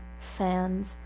fans